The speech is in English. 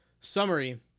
summary